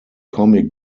comic